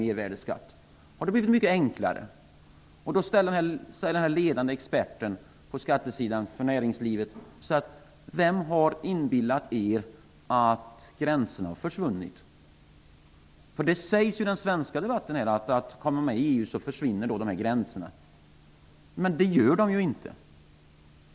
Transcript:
Hade det blivit så mycket enklare? Den ledande experten på näringslivets skattefrågor sade då: Vem har inbillat er att gränserna har försvunnit? Det sägs i de svenska debatten att om vi kommer med i EG, försvinner gränserna, men det gör de inte.